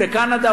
בקנדה,